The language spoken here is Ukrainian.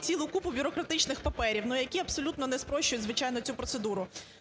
цілу купу бюрократичних паперів, ну, які абсолютно не спрощують, звичайно, цю процедуру.